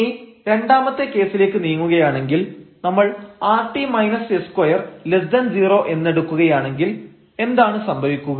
ഇനി രണ്ടാമത്തെ കേസിലേക്ക് നീങ്ങുകയാണെങ്കിൽ നമ്മൾ rt s20 എന്നെടുക്കുകയാണെങ്കിൽ എന്താണ് സംഭവിക്കുക